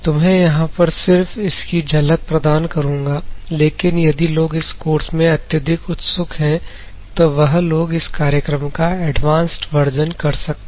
तुम्हें यहां पर सिर्फ इसकी झलक प्रदान करूंगा लेकिन यदि लोग इस कोर्स में अत्यधिक उत्सुक है तो वह लोग इस कार्यक्रम का एडवांस वर्जन कर सकते हैं